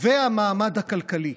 והמעמד הכלכלי,